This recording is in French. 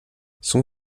son